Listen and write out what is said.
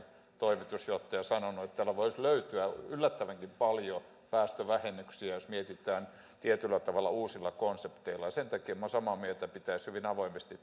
toimitusjohtaja ovat sanoneet että voisi löytyä yllättävänkin paljon päästövähennyksiä jos mietitään tietyllä tavalla uusilla konsepteilla ja sen takia minä olen samaa mieltä että pitäisi tätä hyvin avoimesti